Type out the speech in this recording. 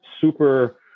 super